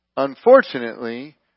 Unfortunately